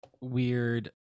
weird